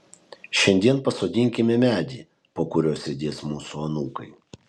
šiandien pasodinkime medį po kuriuo sėdės mūsų anūkai